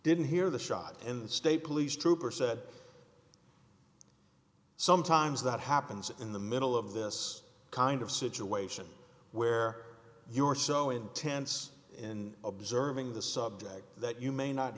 didn't hear the shot in the state police trooper said sometimes that happens in the middle of this kind of situation where you are so intense in observing the subject that you may not